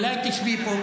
אולי תשבי פה?